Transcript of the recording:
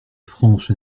franche